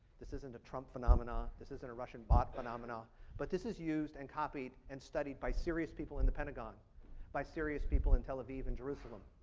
this isn't a trump phenomenon. this isn't a russian bot phenomenon but this is used and copied and studied by serious people in the pentagon by serious people in tel aviv and jerusalem.